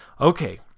okay